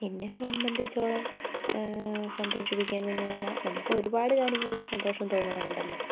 എന്നെ സംബന്ധിച്ചോളം സന്തോഷിപ്പിക്കാൻ എന്നുപറഞ്ഞാൽ നമുക്ക് ഒരുപാട് കാര്യങ്ങളിൽ സന്തോഷം തോന്നാറുണ്ടല്ലോ